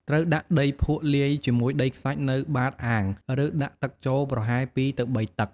ត្រូវដាក់ដីភក់លាយជាមួយដីខ្សាច់នៅបាតអាង រួចដាក់ទឹកចូលប្រហែល ២ ទៅ ៣ តឹក។